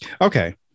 Okay